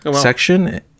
section